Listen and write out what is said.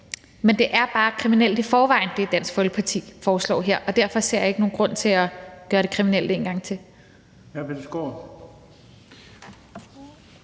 her, er bare kriminelt i forvejen, og derfor ser jeg ikke nogen grund til at gøre det kriminelt en gang til.